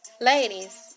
Ladies